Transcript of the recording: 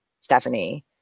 Stephanie